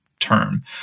term